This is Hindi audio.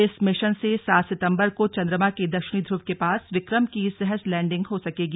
इस मिशन से सात सितम्बर को चंद्रमा के दक्षिणी ध्रुव के पास विक्रम की सहज लैंडिंग हो सकेगी